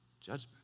judgment